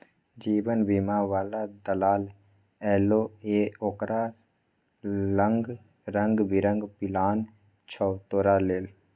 जीवन बीमा बला दलाल एलौ ये ओकरा लंग रंग बिरंग पिलान छौ तोरा लेल